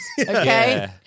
Okay